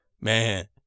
man